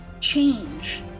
change